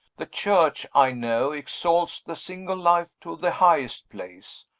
the church, i know, exalts the single life to the highest place.